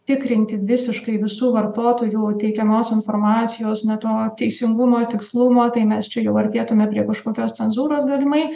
tikrinti visiškai visų vartotojų teikiamos informacijos na to teisingumo tikslumo tai mes čia jau artėtume prie kažkokios cenzūros galimai